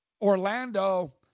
Orlando